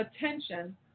attention